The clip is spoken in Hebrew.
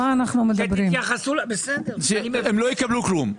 הם לא יקבלו כלום.